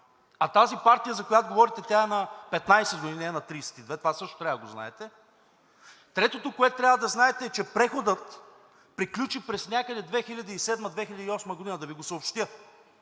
А тази партия, за която говорите, тя е на 15 години, не е на 32, това също трябва да го знаете. Третото, което трябва да знаете, е, че преходът приключи някъде през 2007 – 2008 г., да Ви го съобщя,